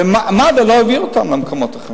ומד"א לא העביר אותם למקומות אחרים.